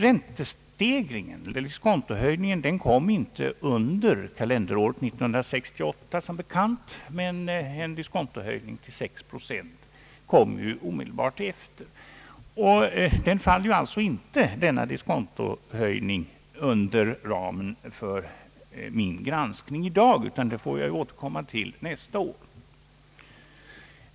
Diskontohöjningen kom inte under kalenderåret 1968, men en diskontohöjning till 6 procent kom strax därefter i år. Denna diskontohöjning faller alltså inte inom ramen för min granskning i dag, utan jag får återkomma till den nästa år.